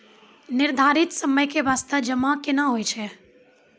निर्धारित समय के बास्ते जमा केना होय छै?